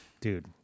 dude